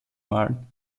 malen